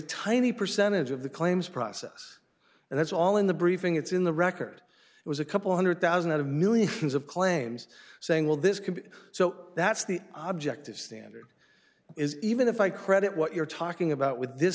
tiny percentage of the claims process and that's all in the briefing it's in the record it was a couple one hundred thousand dollars out of millions of claims saying well this could be so that's the object of standard is even if i credit what you're talking about with this